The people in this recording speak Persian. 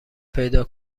پیدا